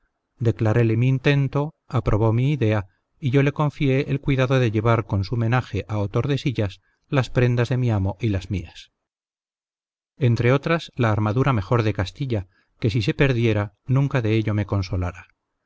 declaréle mi intento aprobó mi idea y yo le confié el cuidado de llevar con su menaje a otordesillas las prendas de mi amo y mías entre otras la armadura mejor de castilla que si se perdiera nunca de ello me consolara